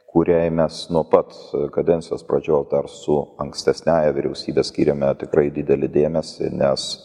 kuriai mes nuo pat kadencijos pradžioj dar su ankstesniąja vyriausybe skyrėme tikrai didelį dėmesį nes